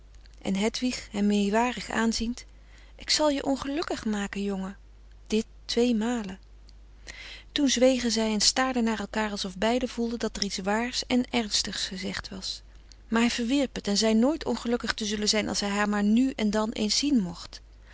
en hedwig hem meewarig aanziend ik zal je ongelukkig maken jongen dit twee malen toen zwegen zij en staarden naar elkaar alsof beiden voelden dat er iets waars en ernstigs gezegd was maar hij verwierp het en zei nooit ongelukkig te zullen zijn als hij haar maar nu en dan eens zien mocht